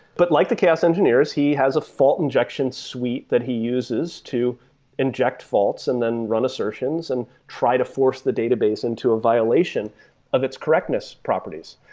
but like the chaos engineers, he has a fault injection suite that he uses to inject faults and then run assertions and try to force the database into a violation of its correctness properties.